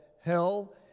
hell